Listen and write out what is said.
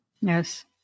Yes